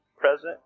Present